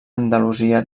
andalusia